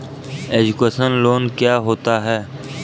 Education loan क्या होता है?